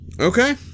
Okay